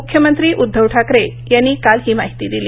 मुख्यमंत्री उद्धव ठाकरे यांनी काल ही माहिती दिली